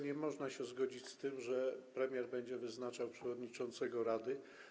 Nie można się zgodzić z tym, że premier będzie wyznaczał przewodniczącego rady.